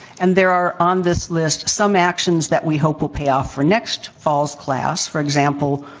and there are, on this list, some actions that we hope will pay off for next fall's class. for example,